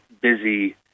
busy